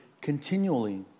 continually